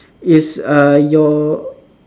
is uh your